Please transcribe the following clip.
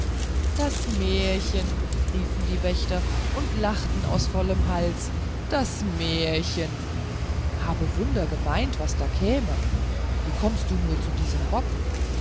das märchen riefen die wächter und lachten aus vollem hals das märchen haben wunder gemeint was da käme wie kommst du nur in diesen rock